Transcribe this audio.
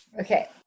Okay